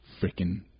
freaking